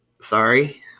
sorry